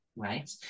right